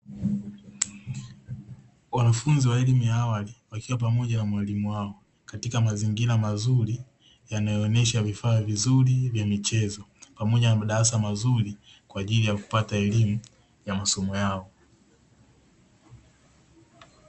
Wanafunzi wa elimu ya awali, wakiwa pamoja na mwalimu wao katika mazingira mazuri yanayoonyesha vifaa vizuri vya michezo, pamoja na madarasa mazuri, kwa ajili ya kupata elimu ya masomo yao.